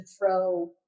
throw